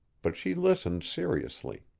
but she listened seriously.